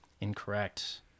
incorrect